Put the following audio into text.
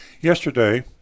Yesterday